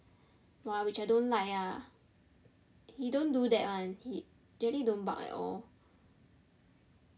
!wah! which I don't like lah he don't do that one he jelly don't bark at all